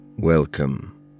Welcome